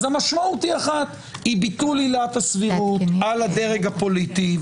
המשמעות היא אחת היא ביטול עילת הסבירות על הדרג הפוליטי.